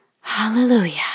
Hallelujah